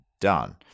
done